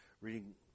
reading